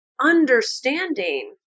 understanding